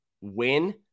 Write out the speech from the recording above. win